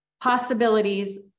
possibilities